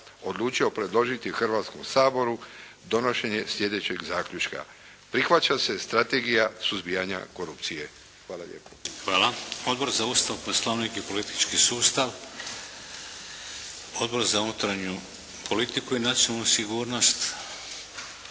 odlučio predložiti Hrvatskom saboru donošenje sljedećeg zaključka. Prihvaća se strategija suzbijanja korupcije. Hvala lijepo. **Šeks, Vladimir (HDZ)** Hvala. Odbor za Ustav, Poslovnik i politički sustav, Odbor za unutarnju politiku i nacionalnu sigurnost,